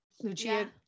Lucia